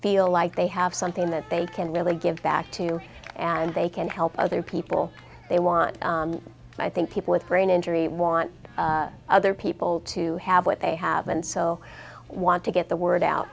feel like they have something that they can really give back to and they can help other people they want i think people with brain injury want other people to have what they have and so want to get the word out